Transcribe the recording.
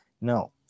no